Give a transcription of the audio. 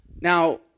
Now